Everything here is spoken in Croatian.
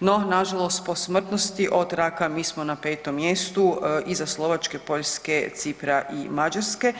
no nažalost po smrtnosti od raka mi smo na petom mjestu iza Slovačke, Poljske, Cipra i Mađarske.